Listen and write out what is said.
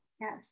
Yes